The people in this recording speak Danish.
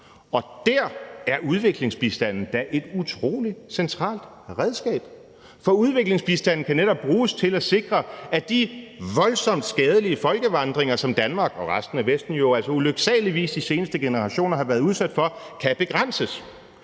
og der er udviklingsbistanden da et utrolig centralt redskab. For udviklingsbistanden kan netop bruges til at sikre, at de voldsomt skadelige folkevandringer, som Danmark og resten af Vesten altså ulykkeligvis de seneste generationer har været udsat for, kan begrænses.